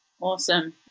Awesome